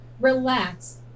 relax